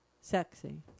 sexy